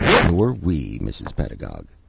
nor we, mrs. pedagog,